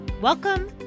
Welcome